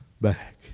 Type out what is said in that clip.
back